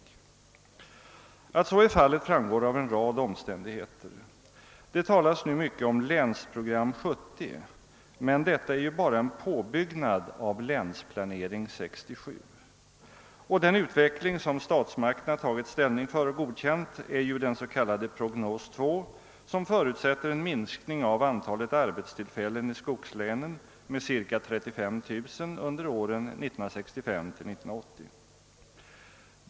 Att så är fallet framgår av en rad omständigheter. Det talas nu mycket om länsprogram 1970, men detta är ju bara en påbyggnad av länsplanering 1967. Den utveckling som statsmakterna tagit ställning för och godkänt är ju den s.k. prognos 2, som förutsätter en minskning av antalet arbetstillfällen i skogslänen med ca 35 000 under åren 1965—1980.